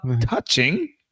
touching